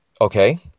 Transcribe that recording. Okay